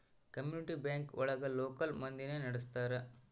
community bank ಒಳಗ local ಮಂದಿನೆ ನಡ್ಸ್ತರ